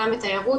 עולם ותיירות",